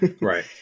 Right